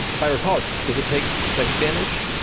if i recall, does it take psychic damage?